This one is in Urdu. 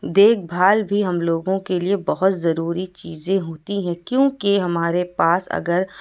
دیکھ بھال بھی ہم لوگوں کے لیے بہت ضروری چیزیں ہوتی ہیں کیونکہ ہمارے پاس اگر